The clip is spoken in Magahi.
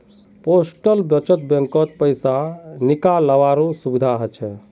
पोस्टल बचत बैंकत पैसा निकालावारो सुविधा हछ